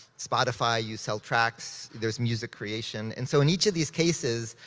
spotify, you sell tracks, there's music creation. and so in each of these cases,